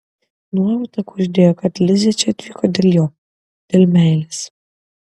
nuojauta kuždėjo kad lizė čia atvyko dėl jo dėl meilės